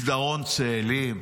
מסדרון צאלים,